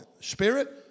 spirit